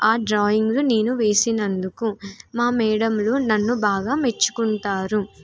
ఆ డ్రాయింగ్లు నేను వేసినందుకు మా మేడలు నన్ను బాగా మెచ్చుకుంటారు